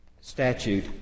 statute